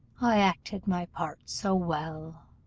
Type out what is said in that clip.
i acted my part so well,